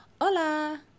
hola